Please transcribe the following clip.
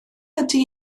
ydy